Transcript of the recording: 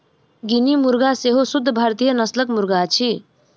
guinea मुर्गा सेहो शुद्ध भारतीय नस्लक मुर्गा अछि